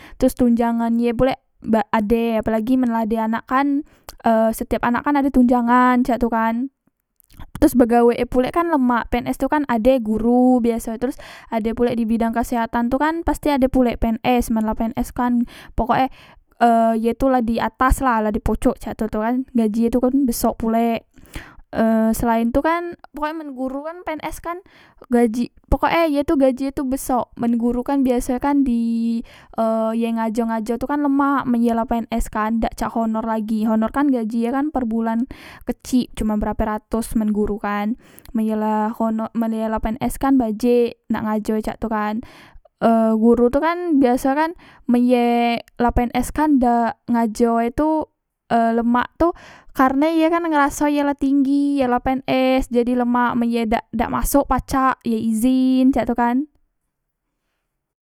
Teros tunjangan ye pulek ade apelagi man la ade anak kan e setiap anak kan ade tunjangan cak tu kan terus begawek e pulek kan lemak pns tu kan ade guru biaso terus ade pulek di bidang kesehatan tu kan pasti ade pulek pns men la pns kan pokok e eye tu la diatas la la di poco cak tu tu kan gajie tu pun besok pulek e selaen tu kan pokok ekan men guru kan pns kan gajik pokok e ye tu gajik e tu besok men guru kan biaso e kan di e ye ngajo ngajo tu kan lemak men ye la pns kan dak cak honor lagi honor e kan gajie kan perbulan kecik cuman berape ratos men gurukan men ye la hono men ye la pns kan bajik nak ngajo e cak tu kan e guru tu kan biaso kan men ye la pns kan dak ngajo e tu e lemak tu karne ye kan ngeraso ye la tinggi ye la pns jadi lemak men ye dak dak masok pacak ye izin cek tu kan